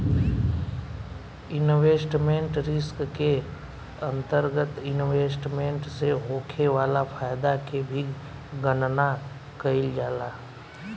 investment risk के अंतरगत investment से होखे वाला फायदा के भी गनना कईल जाला